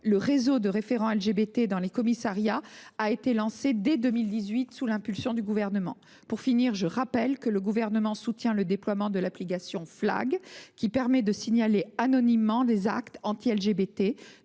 Le réseau de référents LGBT dans les commissariats a ainsi été lancé dès 2018 sous l’impulsion du Gouvernement. Pour finir, je rappelle que le Gouvernement soutient le déploiement de l’application Flag !, qui permet de signaler anonymement des actes anti LGBT,